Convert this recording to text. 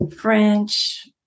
French